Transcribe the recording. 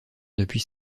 depuis